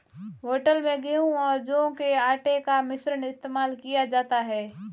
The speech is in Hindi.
होटल में गेहूं और जौ के आटे का मिश्रण इस्तेमाल किया जाता है